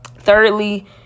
thirdly